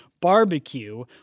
barbecue